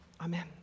Amen